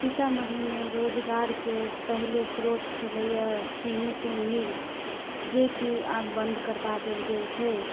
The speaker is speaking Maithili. सीतामढ़ीमे रोजगारके पहिले स्रोत छलैए चीनीके मील जेकि आब बन्द करबा देल गेल छै